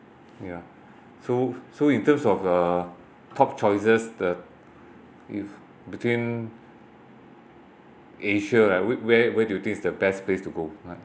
ya so so in terms of the top choices the if between asia right where where where do you think is the best place to go !huh!